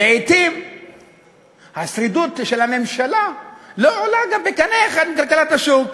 לעתים השרידות של הממשלה לא עולה בקנה אחד גם עם כלכלת השוק,